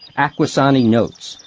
akwesasne notes,